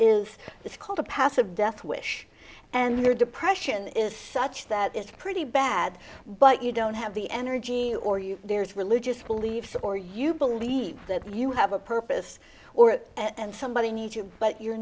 if it's called a passive death wish and their depression is such that it's pretty bad but you don't have the energy or you there's religious beliefs or you believe that you have a purpose or and somebody needs you but you're